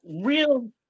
Real